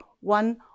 one